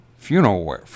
Funeral